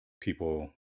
people